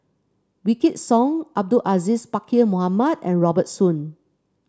Wykidd Song Abdul Aziz Pakkeer Mohamed and Robert Soon